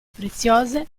preziose